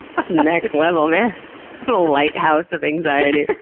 that's next level, man. a light house of anxiety.